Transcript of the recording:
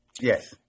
yes